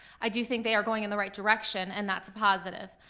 i do think they are going in the right direction, and that's positive.